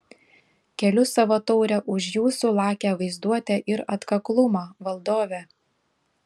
keliu savo taurę už jūsų lakią vaizduotę ir atkaklumą valdove